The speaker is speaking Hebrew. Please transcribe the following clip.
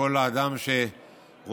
כל אדם שרואה,